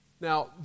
Now